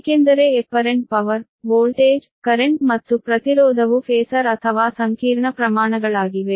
ಏಕೆಂದರೆ apparent power voltage current ಮತ್ತು ಪ್ರತಿರೋಧವು ಫೇಸರ್ ಅಥವಾ ಸಂಕೀರ್ಣ ಪ್ರಮಾಣಗಳಾಗಿವೆ